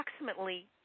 approximately